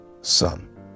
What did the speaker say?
Son